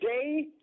day